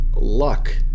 luck